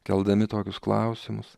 keldami tokius klausimus